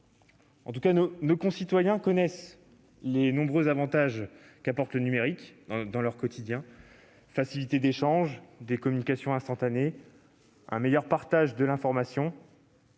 nos collègues. Nos concitoyens connaissent les nombreux avantages qu'apporte le numérique dans leur quotidien : facilité des échanges, des communications instantanées et un meilleur partage de l'information.